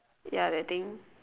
ya that thing